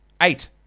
Eight